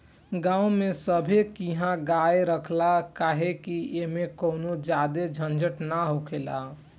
गांव में सभे किहा गाय रखाला काहे कि ऐमें कवनो ज्यादे झंझट ना हखेला